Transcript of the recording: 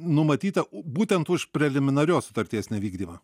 numatyta u būtent už preliminarios sutarties nevykdymą